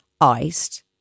iced